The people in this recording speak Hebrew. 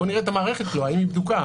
בוא נראה את המערכת שלו, האם היא בדוקה?